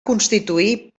constituir